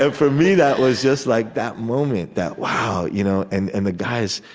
ah for me, that was just like that moment, that wow. you know and and the guys,